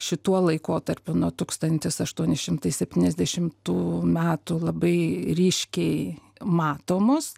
šituo laikotarpiu nuo tūkstantis aštuoni šimtai septyniasdešimtų metų labai ryškiai matomos